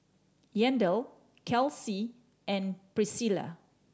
Yandel Kelsi and Pricilla